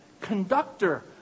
conductor